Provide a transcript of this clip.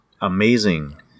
amazing